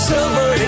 Silver